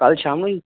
ਕੱਲ ਸ਼ਾਮ ਨੂੰ ਜੀ